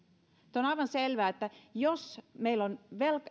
nyt on aivan selvää että jos meillä on